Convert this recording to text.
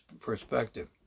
perspective